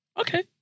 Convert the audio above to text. Okay